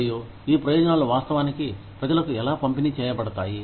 మరియు ఈ ప్రయోజనాలు వాస్తవానికి ప్రజలకు ఎలా పంపిణీ చేయబడతాయి